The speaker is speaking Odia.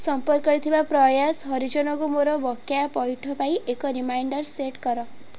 ସମ୍ପର୍କରେ ଥିବା ପ୍ରୟାସ ହରିଜନକୁ ମୋର ବକେୟା ପଇଠ ପାଇଁ ଏକ ରିମାଇଣ୍ଡର୍ ସେଟ୍ କର